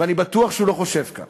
ואני בטוח שהוא לא חושב כך.